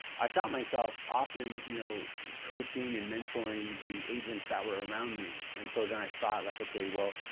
i found myself often, you know, coaching and mentoring the agents that were around me. and so, then i thought like, okay, well,